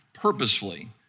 purposefully